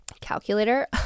calculator